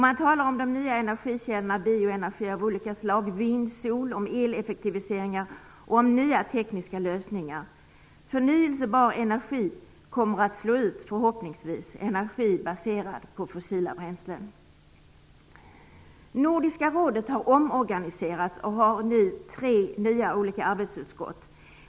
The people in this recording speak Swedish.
Man talar om de nya energikällorna, bioenergi av olika slag, vind, sol och eleffektiviseringar och nya tekniska lösningar. Förnybar energi kommer förhoppningsvis att slå ut energi baserad på fossila bränslen. Nordiska rådet har omorganiserats och har nu tre olika nya arbetsutskott.